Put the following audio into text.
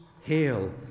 hail